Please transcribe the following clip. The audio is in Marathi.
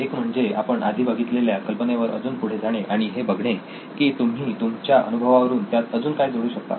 एक म्हणजे आपण आधी बघितलेल्या कल्पनेवर अजून पुढे जाणे आणि हे बघणे की तुम्ही तुमच्या अनुभवातून त्यात अजून काय जोडू शकता